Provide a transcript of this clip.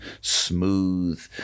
smooth